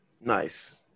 Nice